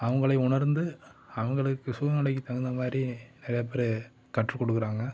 அவங்களை உணர்ந்து அவங்களுக்கு சூழ்நிலைக்கு தகுந்த மாதிரி நிறையாப்பேரு கற்றுக்கொடுக்குறாங்க